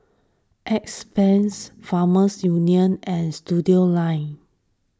Farmers Union and Studioline